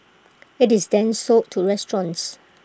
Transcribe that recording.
IT is then sold to restaurants